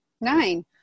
Nine